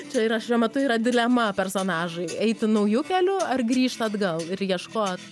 čia yra šiuo metu yra dilema personažui eiti nauju keliu ar grįžt atgal ir ieškot